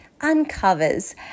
uncovers